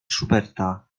schuberta